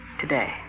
today